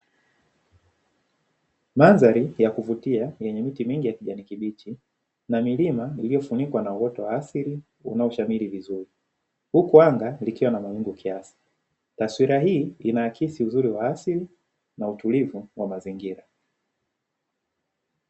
Mandhari ya kuvutia yenye miti mingi ya kijani kibichi na milima iliyofunikwa na uoto wa asili unaoshamiri vizuri. Huku anga likiwa na mawingu kiasi. Taswira hii inaakisi uzuri wa asili na utulivu wa mazingira.